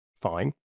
fine